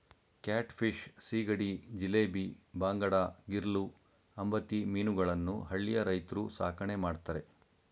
cat fish, ಸೀಗಡಿ, ಜಿಲೇಬಿ, ಬಾಂಗಡಾ, ಗಿರ್ಲೂ, ಅಂಬತಿ ಮೀನುಗಳನ್ನು ಹಳ್ಳಿಯ ರೈತ್ರು ಸಾಕಣೆ ಮಾಡ್ತರೆ